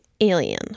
Alien